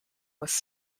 was